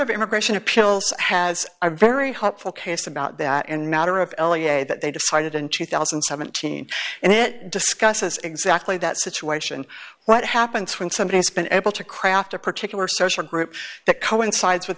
of immigration appeals has are very hopeful case about that and matter of that they decided in two thousand and seventeen and it discusses exactly that situation what happens when somebody has been able to craft a particular social group that coincides with